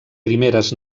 primeres